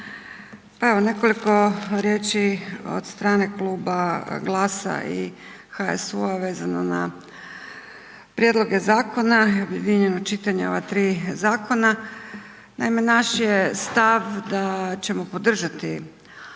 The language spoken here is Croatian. pa evo nekoliko riječi od strane Kluba GLAS-a i HSU-a vezano na prijedloge zakona i objedinjeno čitanje ova tri zakona. Naime, naš je stav da ćemo podržati ove